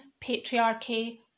patriarchy